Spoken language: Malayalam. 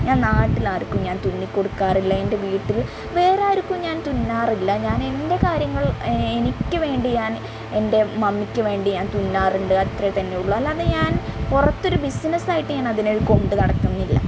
ഞാൻ നാട്ടിലാർക്കും ഞാൻ തുന്നിക്കൊടുക്കാറില്ല എൻ്റെ വീട്ടിൽ വേറെ ആർക്കും ഞാൻ തുന്നാറില്ല ഞാനെൻ്റെ കാര്യങ്ങൾ എനിക്ക് വേണ്ടിയാൻ എൻ്റെ മമ്മിക്ക് വേണ്ടി ഞാൻ തുന്നാറുണ്ട് അത്ര തന്നെ ഉള്ളു അല്ലാതെ ഞാൻ പുറത്ത് ഒരു ബിസിനസ്സായിട്ട് ഞാനതിനെ കൊണ്ട് നടക്കുന്നില്ല